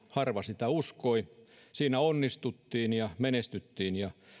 harva siihen uskoi siinä onnistuttiin ja menestyttiin ja